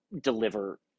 deliver